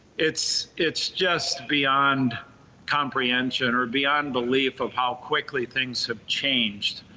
it's, it's just beyond comprehension or beyond belief of how quickly things have changed.